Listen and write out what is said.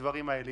לדברים האלה.